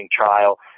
trial